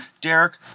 Derek